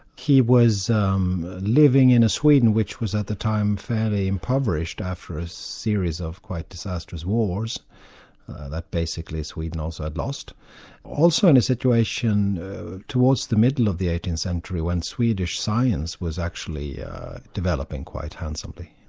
he was um living in a sweden, which was at the time fairly impoverished after a series of quite disastrous wars that basically sweden also had lost also, in a situation towards the middle of the eighteenth century when swedish science was actually developing quite handsomely.